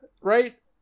right